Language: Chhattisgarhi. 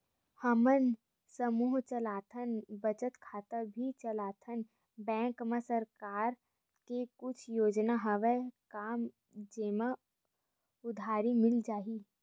हमन समूह चलाथन बचत खाता भी चलाथन बैंक मा सरकार के कुछ योजना हवय का जेमा उधारी मिल जाय?